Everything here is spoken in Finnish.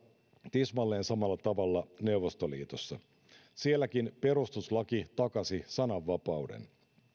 tismalleen samalla tavalla neuvostoliitossa sielläkin perustuslaki takasi sananvapauden